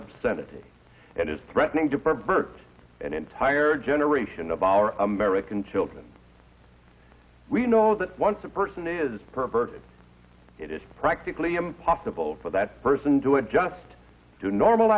obscenity it is threatening to pervert an entire generation of our american children we know that once a person is perfect it is practically impossible for that person to adjust to normal